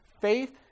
faith